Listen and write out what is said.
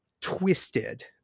twisted